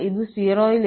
അതിനാൽ ഇത് 0